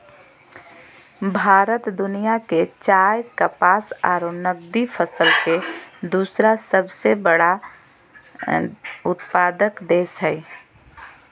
भारत दुनिया के चाय, कपास आरो नगदी फसल के दूसरा सबसे बड़ा उत्पादक देश हई